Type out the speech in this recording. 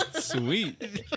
Sweet